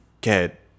get